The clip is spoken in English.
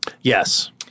Yes